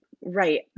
Right